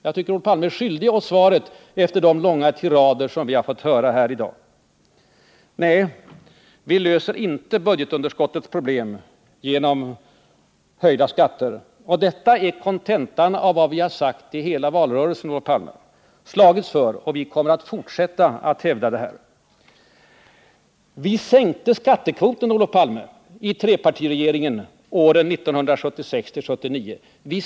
Jag tycker Olof Palme är skyldig oss ett svar efter de långa tirader som vi har fått höra här i dag. Nej, vi löser inte budgetunderskottets problem genom höjda skatter. Detta är kontentan av vad vi har sagt i hela valrörelsen, Olof Palme. Detta är vad vi har slagits för, och vi kommer att fortsätta att hävda detta. Trepartiregeringen sänkte skattekvoten, Olof Palme, åren 1976-1979.